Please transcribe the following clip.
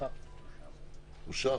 הצבעה אושר.